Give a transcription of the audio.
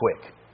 quick